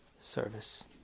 service